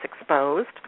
exposed